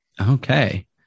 Okay